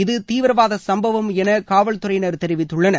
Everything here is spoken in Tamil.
இது தீவிரவாத சும்பவம் என காவல்துறையினர் தெரிவித்துள்ளனர்